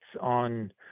on